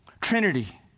Trinity